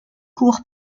cour